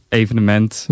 evenement